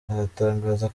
aratangaza